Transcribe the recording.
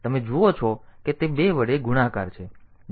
તમે જુઓ છો કે તે 2 વડે ગુણાકાર છે